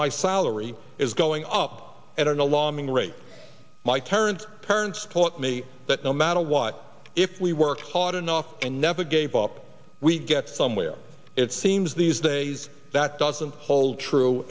my salary is going up at an alarming rate my parents parents taught me that no matter what if we worked hard enough and never gave up we get somewhere it seems these days that doesn't hold true